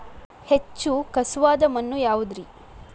ಹೆಚ್ಚು ಖಸುವಾದ ಮಣ್ಣು ಯಾವುದು ರಿ?